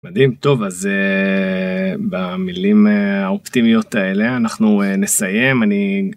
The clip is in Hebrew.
מדהים טוב אז במילים האופטימיות האלה אנחנו נסיים אני.